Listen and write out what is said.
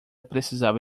precisava